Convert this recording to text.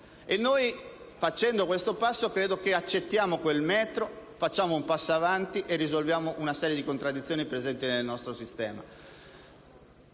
Facendo questo passo, accettiamo quel metro, facciamo un passo avanti e risolviamo una serie di contraddizioni presenti nel nostro sistema.